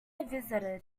visited